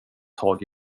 tag